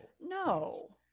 No